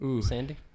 Sandy